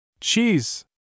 Cheese